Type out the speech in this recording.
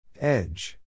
Edge